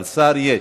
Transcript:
אבל שר יש,